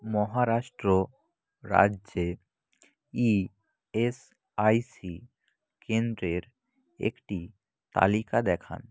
মহারাষ্ট্র রাজ্যে E S I C কেন্দ্রের একটি তালিকা দেখান